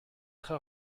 très